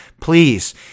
Please